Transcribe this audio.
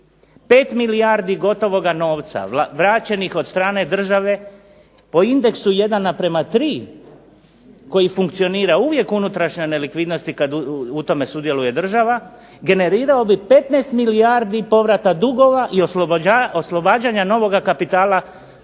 5 milijardi gotova novca vraćenih od strane države po indeksu 1 naprama 3 koji funkcionira uvijek u unutrašnjoj nelikvidnosti kad u tome sudjeluje država generirao bi 15 milijardi povrata dugova i oslobađanja novoga kapitala